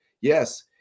Yes